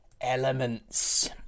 elements